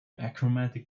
achromatic